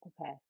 Okay